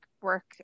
work